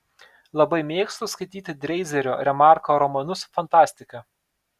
labai mėgstu skaityti dreizerio remarko romanus fantastiką